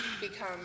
become